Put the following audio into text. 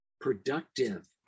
productive